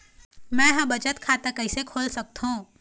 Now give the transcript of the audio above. मै ह बचत खाता कइसे खोल सकथों?